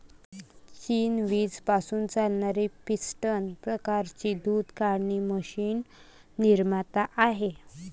चीन वीज पासून चालणारी पिस्टन प्रकारची दूध काढणारी मशीन निर्माता आहे